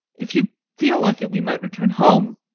if you feel like it, we might return home